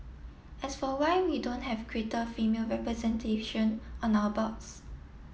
as for why we don't have greater female representation on our boards